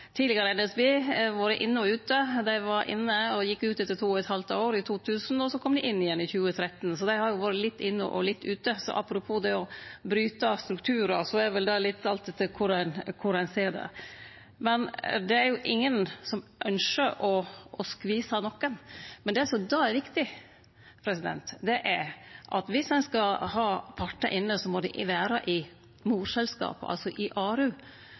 tidlegare NSB vore inne og ute; dei var inne og gjekk ut etter to og eit halvt år, i 2000, og så kom dei inn igjen i 2013. Dei har vore litt inne og litt ute, så apropos det å bryte strukturar er det vel alt etter korleis ein ser det. Det er ingen som ynskjer å skvise nokon, men det som då er viktig, er at viss ein skal ha partar inne, må det vere i morselskapet, altså i ARU,